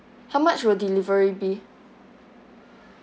how much will delivery be